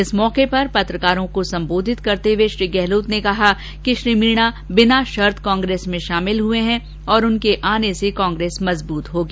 इस अवसर पर पत्रकारों को संबोधित करते हुए श्री गहलोत ने कहा कि श्री मीणा बिना शर्त कांग्रेस में शामिल हुए हैं और उनके आने से कांग्रेस मजबूत होगी